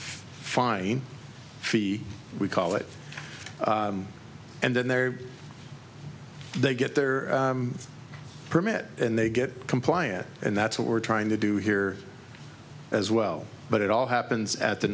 fine we call it and then there they get their permit and they get compliance and that's what we're trying to do here as well but it all happens at the